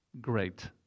great